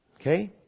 Okay